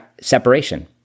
separation